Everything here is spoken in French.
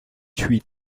huit